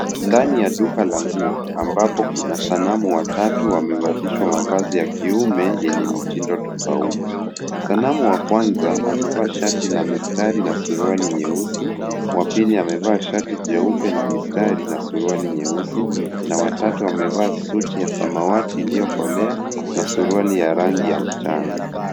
Ndani ya duka la nguo ambapo kuna sanamu watatu wamevalishwa mavazi ya kiume yenye mitindo tofauti. Sanamu wa kwanza amevaa shati la mistari na suruali nyeusi. Wapili amevaa shati jeue la mistari na suruali nyeusi na watatu amevaa suti ya samawati iliyokolea na suruali ya rangi ya mchanga.